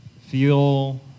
Feel